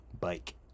bike